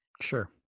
sure